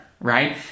Right